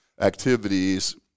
activities